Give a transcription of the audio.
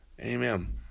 Amen